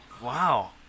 Wow